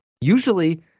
Usually